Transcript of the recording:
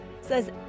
says